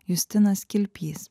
justinas kilpys